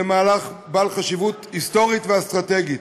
זה מהלך בעל חשיבות היסטורית ואסטרטגית.